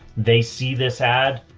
they see this ad,